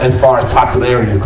and far as popularity